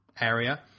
area